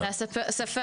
הספר